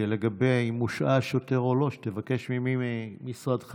שלגבי אם הושעה השוטר או לא תבקש ממי ממשרדך